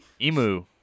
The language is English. Emu